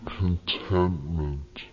contentment